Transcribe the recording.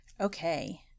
Okay